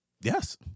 Yes